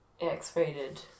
X-rated